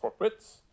corporates